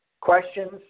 questions